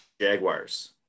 Jaguars